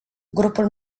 grupul